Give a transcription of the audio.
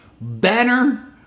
banner